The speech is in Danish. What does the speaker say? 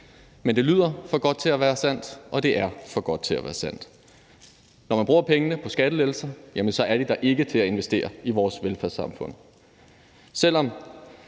Men det lyder for godt til at være sandt, og det er for godt til at være sandt. Når man bruger pengene på skattelettelser, er de der ikke til at investere i vores velfærdssamfund. Selv om